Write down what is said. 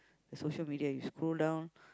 the social media you scroll down